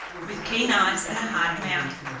with keen eyes and a hard mouth,